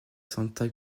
santa